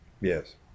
Yes